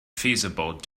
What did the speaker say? feasible